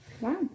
Wow